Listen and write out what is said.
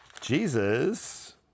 Jesus